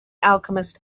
alchemist